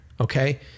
okay